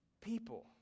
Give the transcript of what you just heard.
people